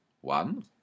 One